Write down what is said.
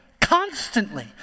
constantly